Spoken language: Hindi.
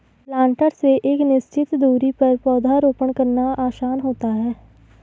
प्लांटर से एक निश्चित दुरी पर पौधरोपण करना आसान होता है